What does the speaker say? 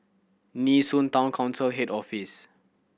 Nee Soon Town Council Head Office